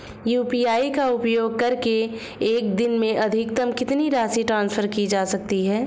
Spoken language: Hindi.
यू.पी.आई का उपयोग करके एक दिन में अधिकतम कितनी राशि ट्रांसफर की जा सकती है?